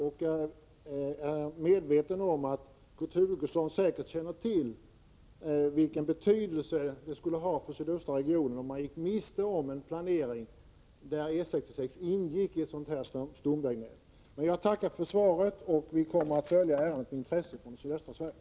Kurt Hugosson känner säkert till vilken betydelse det skulle få för sydöstra regionen om planeringen medförde att E 66 inte ingick i stomvägnätet. Jag tackar för svaret. Vi från sydöstra Sverige kommer att följa ärendet med intresse.